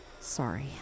Sorry